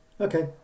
Okay